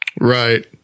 Right